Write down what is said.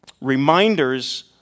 Reminders